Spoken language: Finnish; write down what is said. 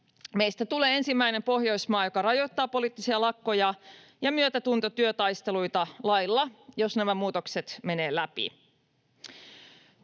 Meistä tulee ensimmäinen Pohjoismaa, joka rajoittaa poliittisia lakkoja ja myötätuntotyötaisteluita lailla, jos nämä muutokset menevät läpi.